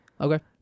Okay